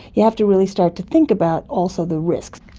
you have to really start to think about also the risks.